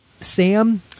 Sam